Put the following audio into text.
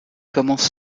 commence